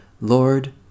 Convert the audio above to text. Lord